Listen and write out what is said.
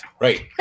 Right